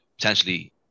potentially